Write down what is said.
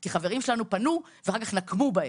כי חברים שלנו פנו ואחר-כך נקמו בהם.